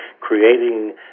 creating